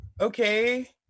okay